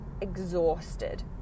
exhausted